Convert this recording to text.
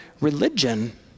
religion